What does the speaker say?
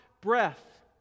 breath